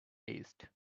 paste